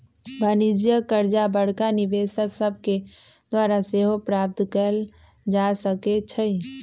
वाणिज्यिक करजा बड़का निवेशक सभके द्वारा सेहो प्राप्त कयल जा सकै छइ